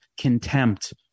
contempt